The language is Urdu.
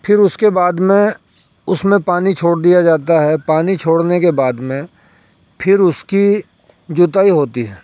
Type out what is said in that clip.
پھر اس کے بعد میں اس میں پانی چھوڑ دیا جاتا ہے پانی چھوڑنے کے بعد میں پھر اس کی جوتائی ہوتی ہے